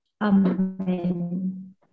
Amen